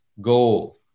goal